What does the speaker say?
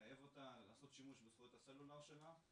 לחייב אותה לעשות שימוש בזכויות הסלולר שלה.